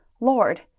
Lord